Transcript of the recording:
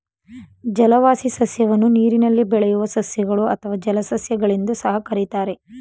ಜಲವಾಸಿ ಸಸ್ಯವನ್ನು ನೀರಿನಲ್ಲಿ ಬೆಳೆಯುವ ಸಸ್ಯಗಳು ಅಥವಾ ಜಲಸಸ್ಯ ಗಳೆಂದೂ ಸಹ ಕರಿತಾರೆ